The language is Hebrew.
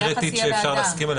--- הצעה קונקרטית שאפשר להסכים עליה